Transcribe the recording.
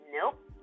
Nope